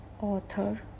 author